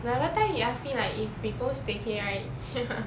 the other time he ask me like if we go staycay right